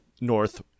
north